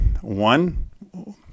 One